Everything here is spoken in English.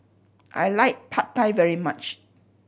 I like Pad Thai very much